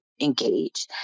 engage